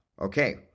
Okay